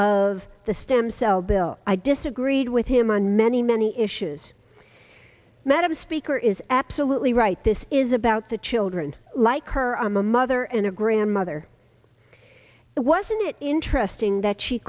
of the stem cell bill i disagreed with him on many many issues madam speaker is absolutely right this is about the children like her a mother and a grandmother wasn't it interesting that she